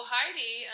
Heidi